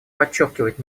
подчеркивает